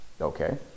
okay